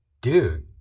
dude